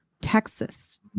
Texas